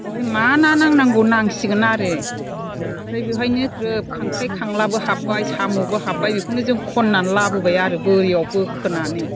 बेवहाय मा ना नांनांगौ नांसिगोन आरो ओमफ्राय बेवहायनो ग्रोब खांख्राइ खांब्लाबो हाब्बाय साम'बो हाब्बाय बेखौनो जों खननानै लाबोबाय आरो बोरियाव बोखोनानै